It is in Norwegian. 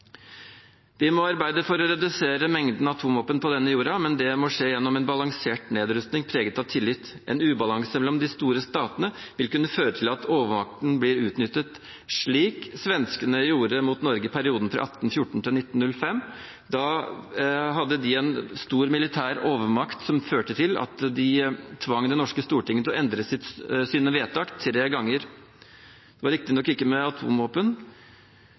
Vi må arbeide for å redusere mengden av atomvåpen på denne jorda, men det må skje gjennom en balansert nedrustning preget av tillit. En ubalanse mellom de store statene vil kunne føre til at overmakten blir utnyttet, slik svenskene gjorde mot Norge i perioden 1814–1905. Da hadde de en stor militær overmakt som førte til at de tvang det norske storting til å endre sine vedtak tre ganger. Det var riktignok ikke med atomvåpen,